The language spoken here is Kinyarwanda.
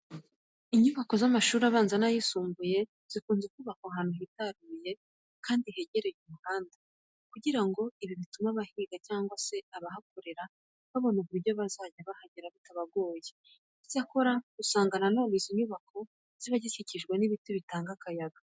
Inyubako z'amashuri abanza n'ayisumbuye zikunze kubakwa ahantu hitaruye kandi hegereye umuhanda kugira ngo ibi bitume abahiga cyangwa se abahakorera babona uburyo bazajya bahagera bitabagoye. Icyakora usanga na none izi nyubako ziba zikikijwe n'ibiti byiza bitanga akayaga.